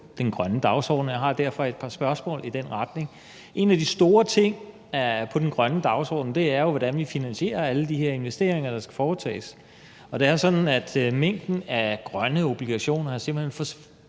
den grønne dagsorden, og jeg har derfor et par spørgsmål i den retning. En af de store ting på den grønne dagsorden er jo, hvordan vi finansierer alle de her investeringer, der skal foretages, og det er sådan i forhold til mængden af grønne obligationer, at der simpelt hen ikke